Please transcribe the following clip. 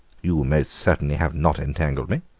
you most certainly have not entangled me,